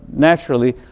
naturally,